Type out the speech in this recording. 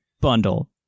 bundle